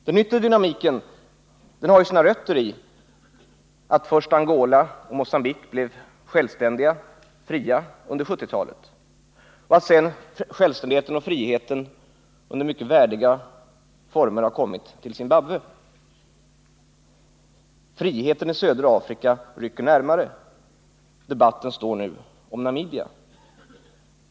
Den yttre dynamiken har ju sina rötter i att först Angola och Mogambique blev självständiga och fria under 1970-talet och att sedan självständigheten och friheten under mycket värdiga former har kommit till Zimbabwe. Friheten i södra Afrika rycker närmare. Debatten gäller nu Namibia.